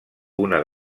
una